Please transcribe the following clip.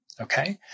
okay